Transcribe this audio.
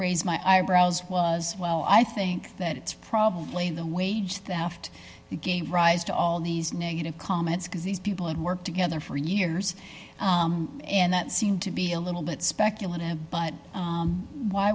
raise my eyebrows was well i think that it's probably the wage theft he gave rise to all these negative comments because these people had worked together for years and that seemed to be a little bit speculative but